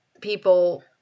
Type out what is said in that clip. people